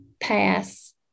pass